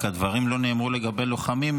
רק הדברים לא נאמרו לגבי לוחמים,